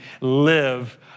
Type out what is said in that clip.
live